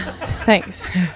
Thanks